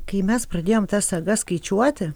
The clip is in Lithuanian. kai mes pradėjom tas sagas skaičiuoti